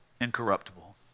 incorruptible